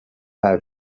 how